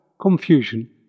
confusion